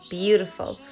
beautiful